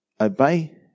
obey